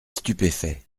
stupéfait